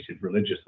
religious